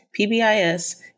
PBIS